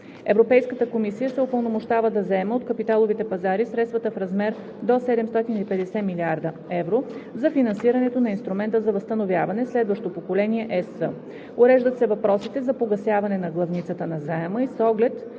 Европейската комисия се упълномощава да заеме от капиталовите пазари средствата в размер до 750 млрд. евро (по цени от 2018 г.) за финансирането на Инструмента за възстановяване „Следващо поколение ЕС“, уреждат се въпросите за погасяване на главницата на заема и с оглед